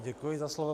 Děkuji za slovo.